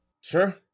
Sure